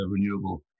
renewable